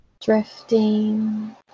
drifting